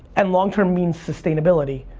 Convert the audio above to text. and long term means sustainability.